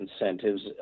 incentives